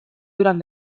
durant